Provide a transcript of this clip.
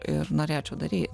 ir norėčiau daryt